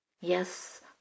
Yes